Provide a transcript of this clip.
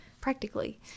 practically